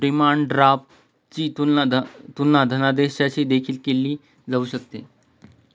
demand ड्राफ्टची तुलना धनादेशाशी देखील केली जाऊ शकते